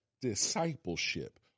discipleship